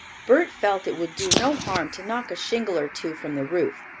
bert felt it would do no harm to knock a shingle or two from the roof.